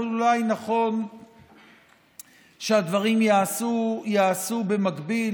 אבל אולי נכון שהדברים ייעשו במקביל